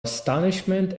astonishment